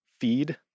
feed